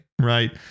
right